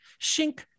Shink